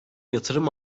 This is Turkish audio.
yatırım